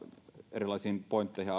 erilaisiin pointteihin